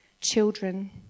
children